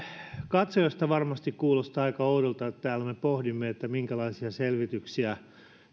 katsojasta varmasti kuulostaa aika oudolta että täällä me pohdimme minkälaisia selvityksiä